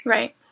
Right